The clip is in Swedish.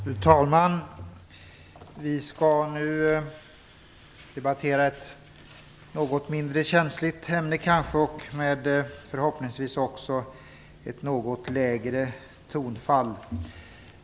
Fru talman! Vi skall nu debattera ett kanske något mindre känsligt ämne och förhoppningsvis också med ett något lägre tonfall.